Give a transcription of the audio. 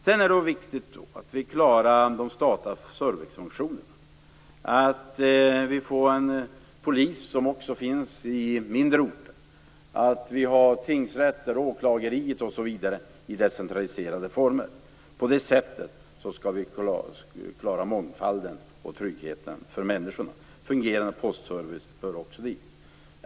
Det är viktigt att vi klarar de statliga servicefunktionerna. Polisen skall finnas också i mindre orter. Tingsrätter, åklageriet osv. skall finnas i decentraliserade former. På det sättet skall vi klara mångfalden och tryggheten för människorna. En fungerande postservice hör också dit.